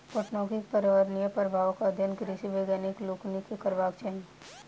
पटौनीक पर्यावरणीय प्रभावक अध्ययन कृषि वैज्ञानिक लोकनि के करबाक चाही